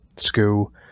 school